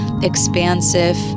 expansive